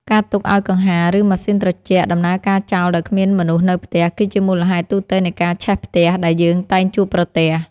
ការទុកឱ្យកង្ហារ ឬម៉ាស៊ីនត្រជាក់ដំណើរការចោលដោយគ្មានមនុស្សនៅផ្ទះ គឺជាមូលហេតុទូទៅនៃការឆេះផ្ទះដែលយើងតែងជួបប្រទះ។